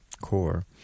core